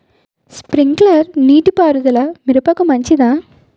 Sprinkler నీటిపారుదల మిరపకు మంచిదా?